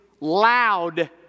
loud